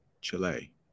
chile